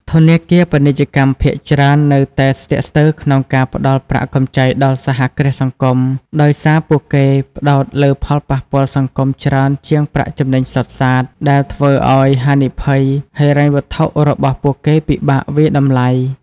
ធនាគារពាណិជ្ជកម្មភាគច្រើននៅតែស្ទាក់ស្ទើរក្នុងការផ្តល់ប្រាក់កម្ចីដល់សហគ្រាសសង្គម ដោយសារពួកគេផ្តោតលើផលប៉ះពាល់សង្គមច្រើនជាងប្រាក់ចំណេញសុទ្ធសាធ ដែលធ្វើឱ្យហានិភ័យហិរញ្ញវត្ថុរបស់ពួកគេពិបាកវាយតម្លៃ ។